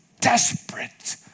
desperate